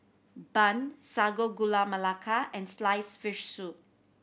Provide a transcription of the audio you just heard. Bun Sago Gula Melaka and sliced fish soup